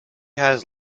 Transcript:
has